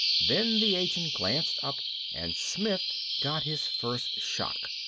then the agent glanced up and smith got his first shock.